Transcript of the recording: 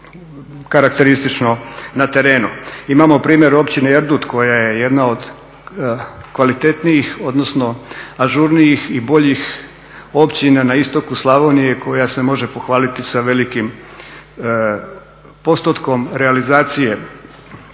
što je karakteristično na terenu. Imamo primjer Općine Erdut koja je jedna od kvalitetnijih odnosno ažurnijih i boljih općina na istoku Slavonije koja se može pohvaliti sa velikim postotkom realizacije